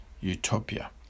utopia